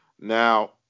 now